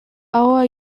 ahoa